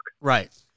Right